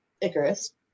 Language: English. Icarus